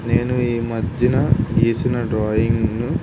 నేను ఈ మధ్యన గీసిన డ్రాయింగ్ను